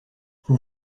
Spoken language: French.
vous